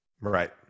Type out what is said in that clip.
Right